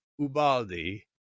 Ubaldi